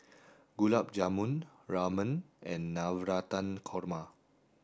Gulab Jamun Ramen and Navratan Korma